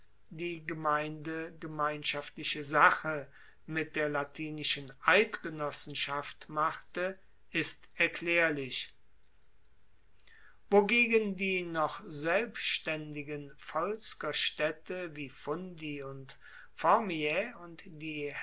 die gemeinde gemeinschaftliche sache mit der latinischen eidgenossenschaft machte ist erklaerlich wogegen die noch selbstaendigen volskerstaedte wie fundi und formiae und die